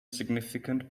significant